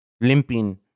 limping